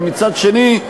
ומצד שני,